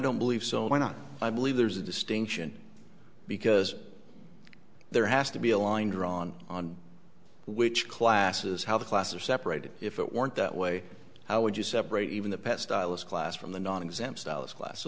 don't believe so why not i believe there's a distinction because there has to be a line drawn on which classes how the class are separated if it weren't that way how would you separate even the best stylist class from the